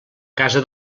casa